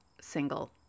single